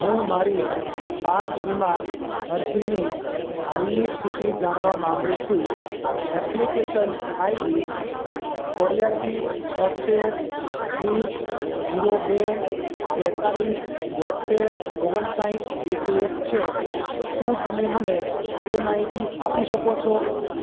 હું મારી પાક વીમા અરજીની હાલની સ્થિતિ જાણવા માગું છું એપ્લિકેશન આઈડી ચોર્યાસી છોંતેર વીસ જીરો બે તેતાલીસ બોંતેર ઓગણસાઠ એકવીસ છે શું તમે મને તે માહિતી આપી શકો છો